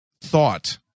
thought